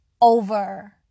over